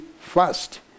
first